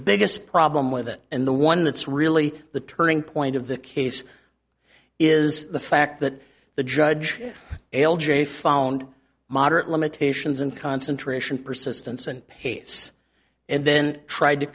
biggest problem with it and the one that's really the turning point of the case is the fact that the judge l j found moderate limitations and concentration persistence and pace and then tried to